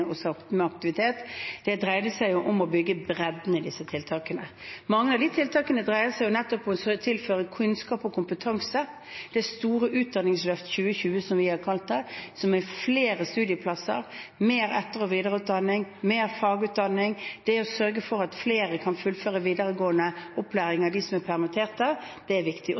med aktivitet – dreide seg om å bygge bredden i tiltakene. Mange av de tiltakene dreier seg nettopp om å tilføre kunnskap og kompetanse. Det store Utdanningsløftet 2020, som vi har kalt det, som gir flere studieplasser, mer etter- og videreutdanning, mer fagutdanning, det å sørge for at flere kan fullføre videregående opplæring av dem som er permittert, er viktig.